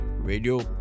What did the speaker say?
Radio